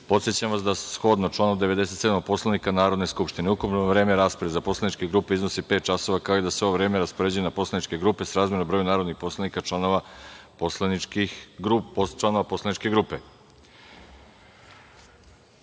podsećam vas da shodno članu 97. Poslovnika Narodne skupštine, ukupno vreme rasprave za poslaničke grupe iznosi pet časova, kao i da se ovo vreme raspoređuje na poslaničke grupe srazmerno broju narodnih poslanika članova poslaničke grupe. Molim